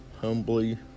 humbly